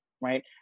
right